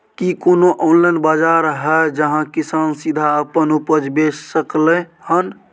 की कोनो ऑनलाइन बाजार हय जहां किसान सीधा अपन उपज बेच सकलय हन?